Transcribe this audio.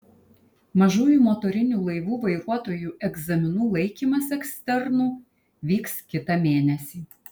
mažųjų motorinių laivų vairuotojų egzaminų laikymas eksternu vyks kitą mėnesį